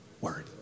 word